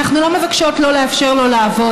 אנחנו לא מבקשות שלא לאפשר לו לעבוד,